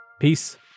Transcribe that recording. Peace